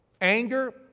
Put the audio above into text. anger